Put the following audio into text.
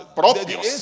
propios